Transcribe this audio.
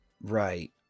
right